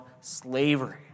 slavery